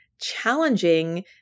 challenging